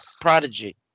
Prodigy